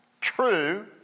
true